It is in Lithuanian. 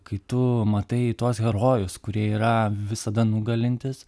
kai tu matai tuos herojus kurie yra visada nugalintys